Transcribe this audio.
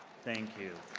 thank you.